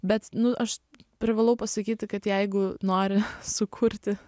bet nu aš privalau pasakyti kad jeigu nori sukurti